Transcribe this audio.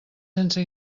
sense